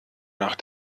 nach